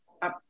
up